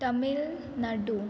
Tamil Nadu